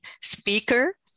speaker